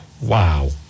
Wow